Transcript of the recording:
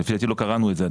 לדעתי עדיין לא קראנו את זה,